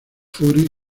fury